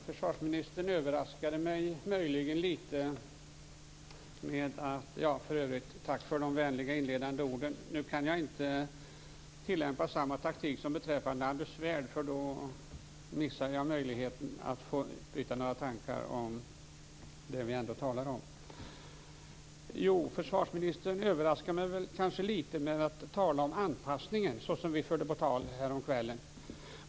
Fru talman! Tack för de vänliga inledande orden. Jag kan inte tillämpa samma taktik som den som gällde Anders Svärd. Då missar jag nämligen möjligheten att få utbyta några tankar om det som vi talar om. Försvarsministern överraskade mig kanske litet med att tala om anpassningen. Det förde vi ju på tal härom kvällen.